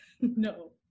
No